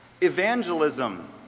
Evangelism